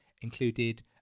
included